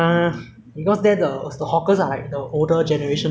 I mean like not say now the generation not not no skills lah but